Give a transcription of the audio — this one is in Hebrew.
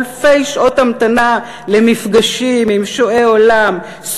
אלפי שעות המתנה למפגשים עם שועי עולם,